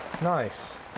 Nice